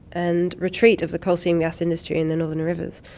and retreat of the coal seam gas industry in the northern rivers.